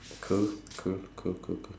cool cool cool cool cool